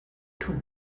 two